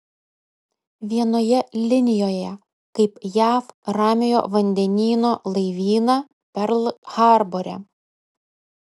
vienoje linijoje kaip jav ramiojo vandenyno laivyną perl harbore